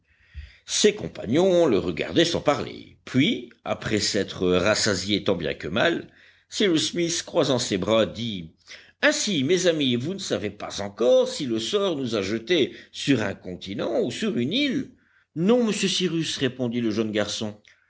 ses compagnons le regardaient sans parler puis après s'être rassasié tant bien que mal cyrus smith croisant ses bras dit ainsi mes amis vous ne savez pas encore si le sort nous a jetés sur un continent ou sur une île non monsieur cyrus répondit le jeune garçon